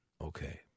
Okay